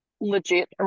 legit